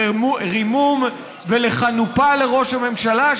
לרוממות ולחנופה לראש הממשלה,